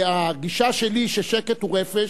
והגישה שלי, ששקט הוא רפש,